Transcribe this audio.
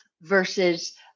versus